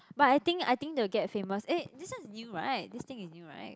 but I think I think they will get famous eh this one is new right this thing is new right